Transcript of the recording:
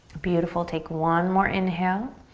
beautiful, take one more inhale